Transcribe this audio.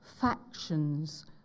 factions